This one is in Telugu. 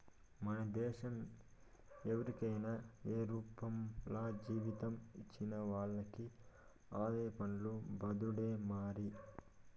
మన దేశం ఎవరికైనా ఏ రూపంల జీతం ఇచ్చినా వాళ్లకి ఆదాయ పన్ను బాదుడే మరి